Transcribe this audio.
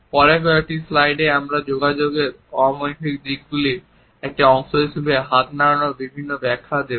পরের কয়েকটি স্লাইডে আমরা যোগাযোগের অমৌখিক দিকগুলির একটি অংশ হিসাবে হাত নাড়ানোর বিভিন্ন ব্যাখ্যা দেখব